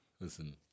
Listen